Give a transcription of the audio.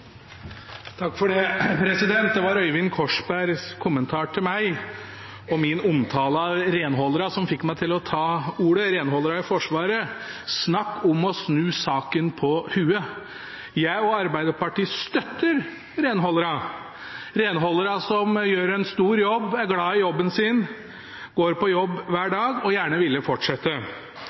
Det var Øyvind Korsbergs kommentar til meg og min omtale av renholderne i Forsvaret som fikk meg til å ta ordet. Snakk om å snu saken på hodet! Jeg og Arbeiderpartiet støtter renholderne – renholderne som gjør en stor jobb, er glad i jobben sin, går på jobb hver dag og gjerne ville fortsette.